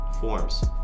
forms